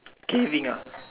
caving ah